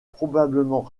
probablement